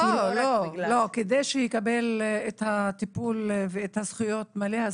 לא, כדי שהוא יקבל את הטיפול ואת הזכויות המלאות.